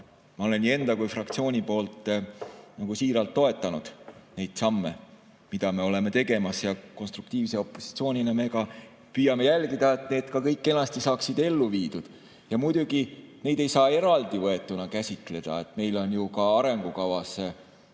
Ma olen nii enda kui fraktsiooni nimel siiralt toetanud neid samme, mida me oleme tegemas. Konstruktiivse opositsioonina me püüame jälgida, et need kõik ka kenasti saaksid ellu viidud. Ja muidugi, neid ei saa eraldivõetuna käsitleda, meil on ju ka arengukavas juba